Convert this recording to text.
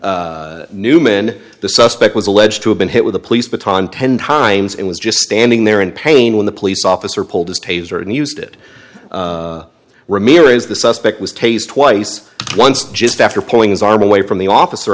neuman the suspect was alleged to have been hit with a police baton ten times and was just standing there in pain when the police officer pulled his taser and used it ramirez the suspect was tase twice once just after pulling his arm away from the officer